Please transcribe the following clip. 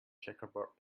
checkerboard